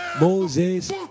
moses